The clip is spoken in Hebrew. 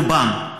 רובם,